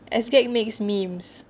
SGAG makes memes